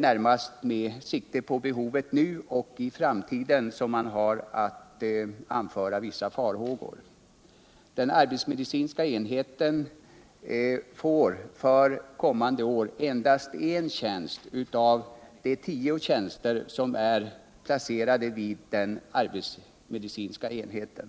närmast med tanke på behovet nu och i framtiden som man har att anföra vissa farhågor. Den arbetsmedicinska enheten får för kommande år endast en tjänst av de tio tjänster som är placerade vid den arbetsmedicinska enheten.